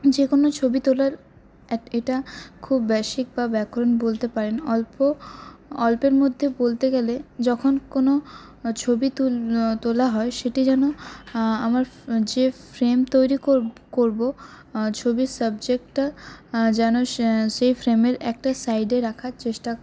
যে কোনো ছবি তোলার এক এটা খুব বেসিক বা ব্যাকরণ বলতে পারেন অল্প অল্পের মধ্যে বলতে গেলে যখন কোনো ছবি তুল তোলা হয় সেটি যেন আমার যে ফ্রেম তৈরি কর করব ছবির সাবজেক্টটা যেন সেই ফ্রেমের একটা সাইডে রাখার চেষ্টা